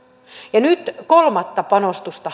ja nyt haetaan kolmatta panostusta